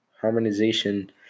harmonization